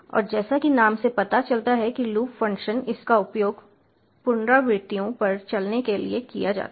और जैसा कि नाम से पता चलता है कि लूप फंक्शन इसका उपयोग पुनरावृत्तियों पर चलने के लिए किया जाता है